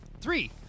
three